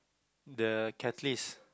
the catalyst